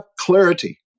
clarity